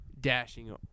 dashing